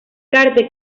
carter